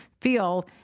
feel